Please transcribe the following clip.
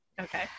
okay